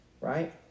right